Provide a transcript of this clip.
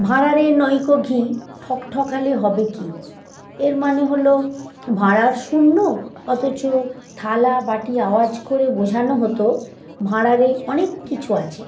ভাঁড়ারে নেইকো ঘি ঠকঠকালে হবে কী এর মানে হলো ভাঁড়ার শূন্য অথচ থালা বাটি আওয়াজ করে বোঝানো হতো ভাঁড়ারে অনেক কিছু আছে